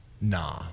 Nah